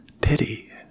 Pity